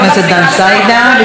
חבר הכנסת עודד פורר,